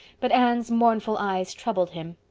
but anne's mournful eyes troubled him.